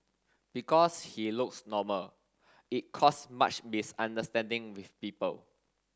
because he looks normal it caused much misunderstanding with people